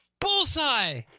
bullseye